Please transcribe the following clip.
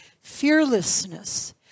fearlessness